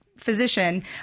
physician